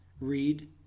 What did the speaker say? Read